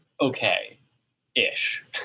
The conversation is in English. okay-ish